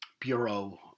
Bureau